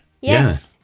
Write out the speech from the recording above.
Yes